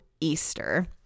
Easter